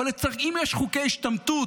אבל אם יש חוקי השתמטות,